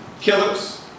killers